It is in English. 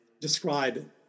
describe